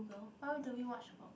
google why do we watch